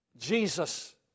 Jesus